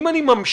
אם אני ממשיך